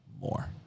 more